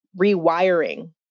rewiring